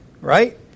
right